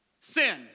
sin